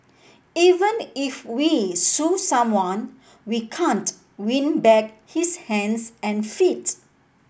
even if we sue someone we can't win back his hands and feet